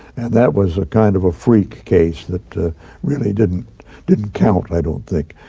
that was kind of a freak case that really didn't didn't count, i don't think.